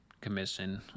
commission